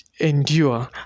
endure